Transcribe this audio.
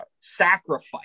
sacrifice